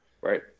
Right